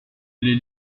les